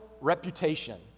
reputation